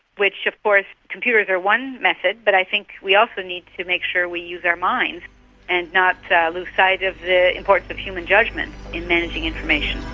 which of course computers are one method but i think we often need to make sure we use our minds and not lose sight of the importance of human judgement in managing information.